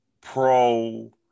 pro